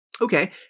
Okay